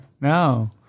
No